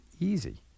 easy